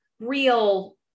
real